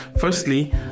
Firstly